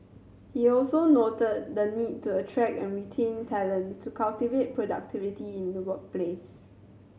he also noted the need to attract and retain talent to cultivate productivity in the workplace